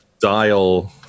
dial